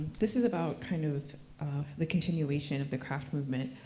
this is about kind of the continuation of the craft movement.